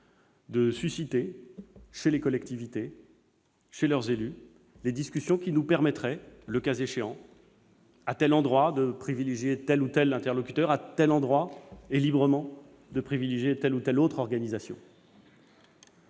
de susciter parmi les collectivités, leurs élus, les discussions qui nous permettraient, le cas échéant, à tel endroit de privilégier tel ou tel interlocuteur, à tel endroit, et librement, de privilégier telle ou telle autre organisation.